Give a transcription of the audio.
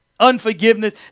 Unforgiveness